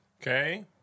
okay